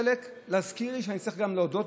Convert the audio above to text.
חלקם להזכיר לי שאני צריך גם להודות,